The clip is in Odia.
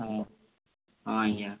ହଁ ହଁ ଆଜ୍ଞା